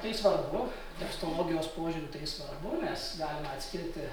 tai svarbu tekstologijos požiūriu tai svarbu nes galima atskirti